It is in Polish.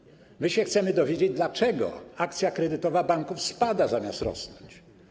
Chcemy się dowiedzieć, dlaczego akcja kredytowa banków spada, zamiast rosnąć.